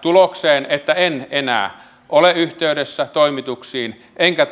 tulokseen että en enää ole yhteydessä toimituksiin enkä